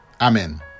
Amen